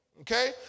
okay